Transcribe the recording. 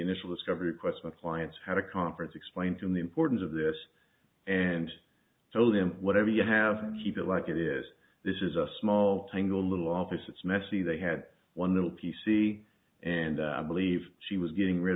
initial discovery quest my clients had a conference explain to him the importance of this and told him whatever you have to keep it like it is this is a small tangle little office it's messy they had one little p c and i believe she was getting rid